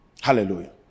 Hallelujah